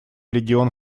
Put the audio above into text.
регион